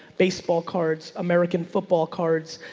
baseball cards, american football cards,